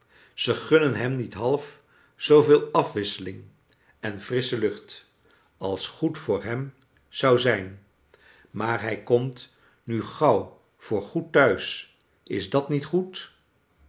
ze gunnen hem niet half zooveel afwisseling en frissche lucht als good voor hem zou zijn maar hij komt nu gauw voor goed thuis is dat niet goed